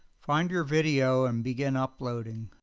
find your video and begin uploading.